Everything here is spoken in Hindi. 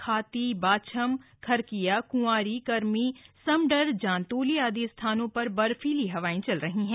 खाती बाछम खरकिया क्वारी कर्मी समडर जांतोली आदि स्थानों पर बर्फीली हवाएं चल रही हैं